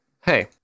hey